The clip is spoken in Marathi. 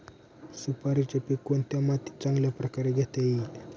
सुपारीचे पीक कोणत्या मातीत चांगल्या प्रकारे घेता येईल?